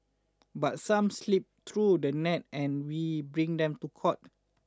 but some slip through the net and we bring them to court